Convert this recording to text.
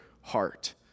heart